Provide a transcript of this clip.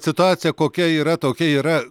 situacija kokia yra tokia yra